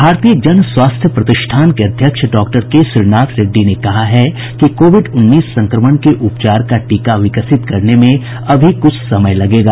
भारतीय जन स्वास्थ्य प्रतिष्ठान के अध्यक्ष डॉक्टर के श्रीनाथ रेड्डी ने कहा है कि कोविड उन्नीस संक्रमण के उपचार का टीका विकसित करने में अभी कुछ समय लगेगा